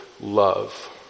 love